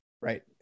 right